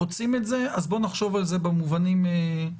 רוצים את זה, אז בואו נחשוב על זה במובנים האלה.